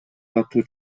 катуу